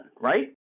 right